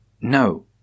No